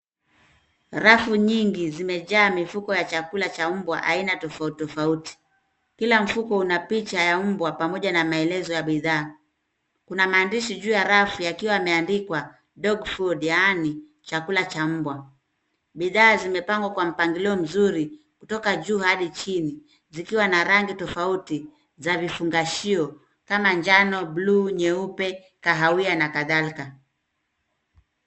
Rafu nyingi zimejaa mifuko ya chakula cha mbwa aina tofautitofauti. Kila mfuko una picha ya mbwa, pamoja na maelezo ya bidhaa. Kuna maandishi juu ya rafu yakiwa yameandikwa dog food , yaani chakula cha mbwa. Bidhaa zimepangwa kwa mpangilio mzuri kutoka juu hadi chini zikiwa na rangi tofauti za vifungashio kama njano, buluu, nyeupe, kahawia, na kadhalika.